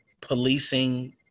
policing